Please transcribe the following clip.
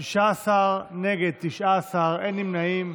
16, נגד, 19, אין נמנעים.